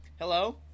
hello